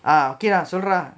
okay lah sort of lah